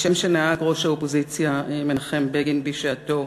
כשם שנהג ראש האופוזיציה מנחם בגין בשעתו,